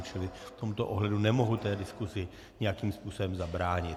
Čili v tomto ohledu nemohu té diskusi nijakým způsobem zabránit.